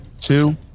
two